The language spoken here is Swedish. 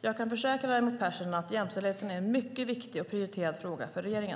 Jag kan försäkra Raimo Pärssinen att jämställdheten är en mycket viktig och prioriterad fråga för regeringen.